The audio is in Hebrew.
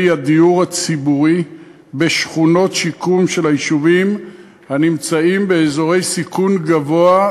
הדיור הציבורי בשכונות שיקום ביישובים הנמצאים באזורי סיכון גבוה,